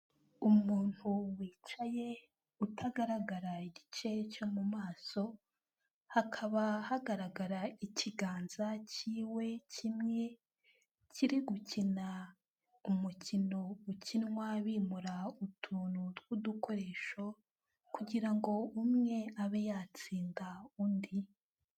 Umuntu wicaye utagaragara igice cyo mu maso, hakaba hagaragara ikiganza cy'iwe kimwe, kiri gukina umukino ukinwa bimura utuntu tw'udukoresho kugira ngo umwe abe yatsinda undi.